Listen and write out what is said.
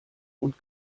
und